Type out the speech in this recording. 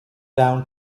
down